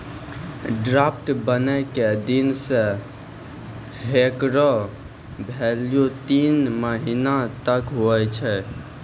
draft बनै के दिन से हेकरो भेल्यू तीन महीना तक हुवै छै